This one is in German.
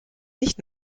nicht